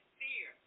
fear